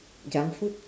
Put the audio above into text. junk food